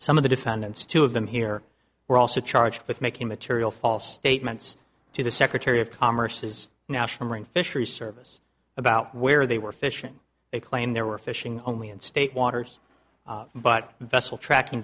some of the defendants two of them here were also charged with making material false statements to the secretary of commerce is national marine fisheries service about where they were fishing they claim they were fishing only in state waters but vessel tracking